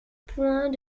point